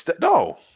No